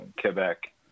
Quebec